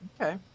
Okay